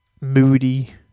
Moody